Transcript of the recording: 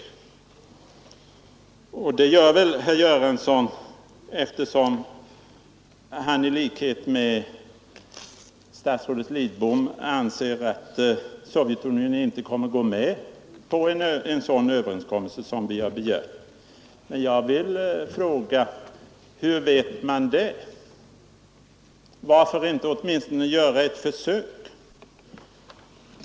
Herr Göransson gör väl detta därför att han i likhet med statsrådet Lidbom anser att Sovjetunionen inte kommer att gå med på en sådan överenskommelse som vi begärt. Hur vet man det? Varför inte åtminstone göra ett försök!